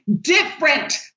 different